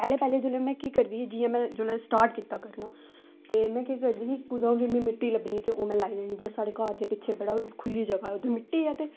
पैह्लें पैह्लें जेल्लै में केह् करदी ही जियां में जल्लै स्टार्ट कीता करना ते में केह् करदी ही कुतै ओह्दी मिगी मिट्टी लब्भनी ते ओह् में लाई लैनी जे साढ़े घर दे पिच्छे बड़ा खुल्ली जगह ऐ उत्थै मिट्टी ऐ ते